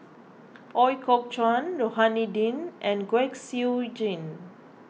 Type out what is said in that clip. Ooi Kok Chuen Rohani Din and Kwek Siew Jin